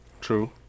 True